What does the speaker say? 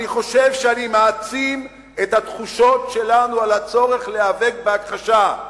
אני חושב שאני מעצים את התחושות שלנו לעניין הצורך להיאבק בהכחשה,